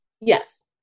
Yes